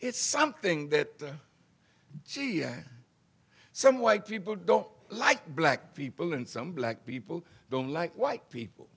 it's something that she had some white people don't like black people and some black people don't like white people